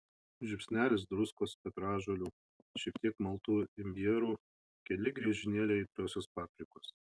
žiupsnelis druskos petražolių šiek tiek maltų imbierų keli griežinėliai aitriosios paprikos